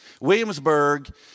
Williamsburg